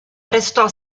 prestò